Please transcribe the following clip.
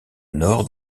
nord